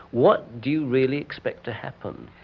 what do you really expect to happen?